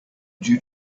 due